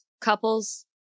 couples